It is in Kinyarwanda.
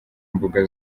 mbuga